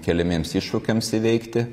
keliamiems iššūkiams įveikti